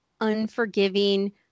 unforgiving